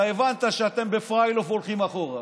אתה הבנת שאתם ב"פריי-לוף" הולכים אחורה,